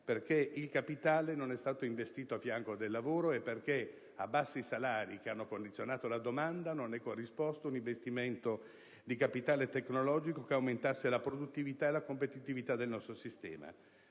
perché il capitale non è stato investito a fianco del lavoro e perché a bassi salari, che hanno condizionato la domanda, non è corrisposto un investimento di capitale tecnologico che aumentasse la produttività e la competitività del nostro sistema.